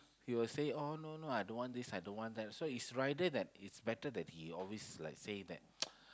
he will say oh no no I don't want this I don't want that so it's rather than it's better that he always like say that